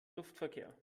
luftverkehr